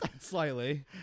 Slightly